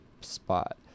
spot